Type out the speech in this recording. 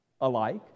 alike